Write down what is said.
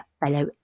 fellow